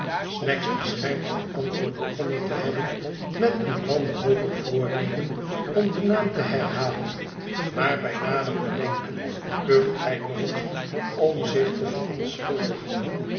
snagsby schijnt dit antwoord begonnen te hebben met een wanhopig voornemen om den naam te herhalen maar bij nader bedenken kucht hij nog eens om zich tê verontschuldigen